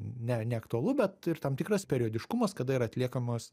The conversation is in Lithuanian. ne neaktualu bet ir tam tikras periodiškumas kada yra atliekamas